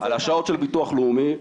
על השעות של ביטוח לאומי,